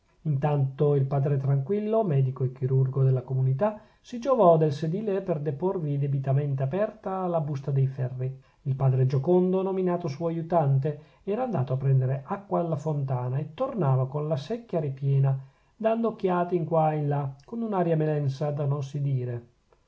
intanto il padre tranquillo medico e chirurgo della comunità si giovò del sedile per deporvi debitamente aperta la busta dei ferri il fratello giocondo nominato suo aiutante era andato a prendere acqua alla fontana e tornava con la secchia ripiena dando occhiate in qua e in là con un'aria melensa da non si dire